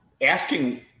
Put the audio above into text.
asking